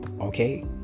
Okay